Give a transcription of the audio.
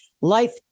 life